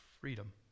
freedom